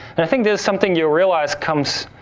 and i think there's something you'll realize comes,